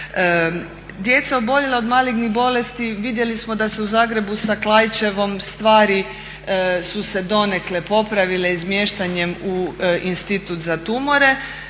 Djeca oboljela od malignih bolesti, vidjeli smo da se u Zagrebu sa Klaićevom stvari su se donekle popravile izmiještanjem u Institut za tumore